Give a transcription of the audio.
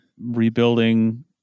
rebuilding